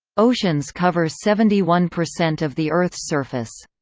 oceans cover seventy one percent of the earth's surface.